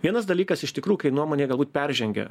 vienas dalykas iš tikrų kai nuomonė galbūt peržengia